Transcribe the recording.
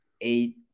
eight